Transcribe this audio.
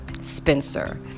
Spencer